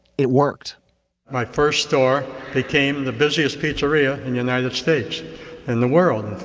it worked my first store became the busiest pizzeria in united states in the world,